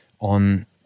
on